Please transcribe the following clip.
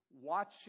watching